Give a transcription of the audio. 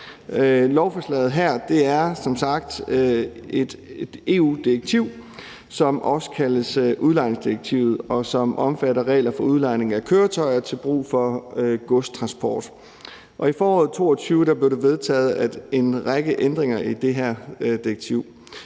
Lovforslaget her udspringer som sagt af et EU-direktiv, som også kaldes udlejningsdirektivet, og som omfatter regler for udlejning af køretøjer til brug for godstransport. I foråret 2022 blev der vedtaget en række ændringer i det her direktiv.